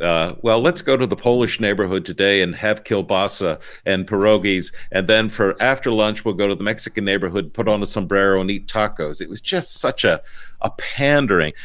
well let's go to the polish neighborhood today and have kielbasa and pierogies and then for after lunch, we'll go to the mexican neighborhood put on a sombrero and eat tacos. it was just such ah a pandering.